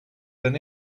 than